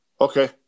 okay